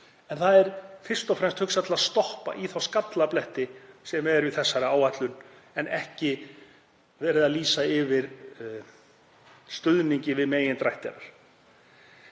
en það er fyrst og fremst hugsað til að greiða yfir þá skallabletti sem eru í þessari áætlun en ekki er verið er að lýsa yfir stuðningi við megindrætti